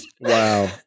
Wow